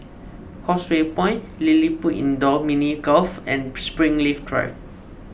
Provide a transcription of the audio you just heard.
Causeway Point LilliPutt Indoor Mini Golf and Springleaf Drive